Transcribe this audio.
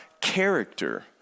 character